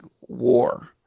war